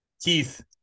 Keith